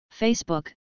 Facebook